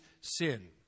sin